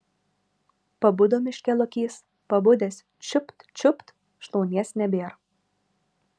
pabudo miške lokys pabudęs čiupt čiupt šlaunies nebėr